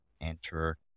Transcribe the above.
enter